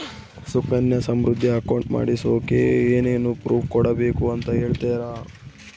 Sukanya Samriddhi account ಮಾಡಿಸೋಕೆ ಏನೇನು proof ಕೊಡಬೇಕು ಅಂತ ಹೇಳ್ತೇರಾ?